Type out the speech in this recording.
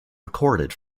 recorded